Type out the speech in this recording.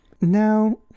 Now